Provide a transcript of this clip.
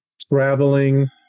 traveling